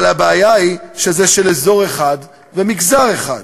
אבל הבעיה היא שזה של אזור אחד ושל מגזר אחד.